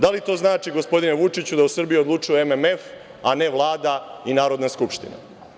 Da li to znači, gospodine Vučiću, da u Srbiji odlučuje MMF, a ne Vlada i Narodna skupština?